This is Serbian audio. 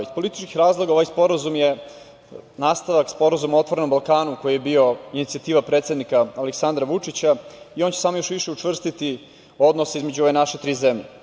Iz političkih razloga ovaj sporazum je nastavak Sporazuma o "Otvorenom Balkanu" koji je bio inicijativa predsednika Aleksandra Vučića i on će samo još više učvrstiti odnose između ove naše tri zemlje.